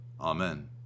Amen